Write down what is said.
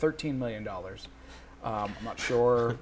thirteen million dollars not sure